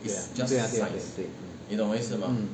对呀对呀对呀对